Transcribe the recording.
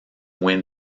win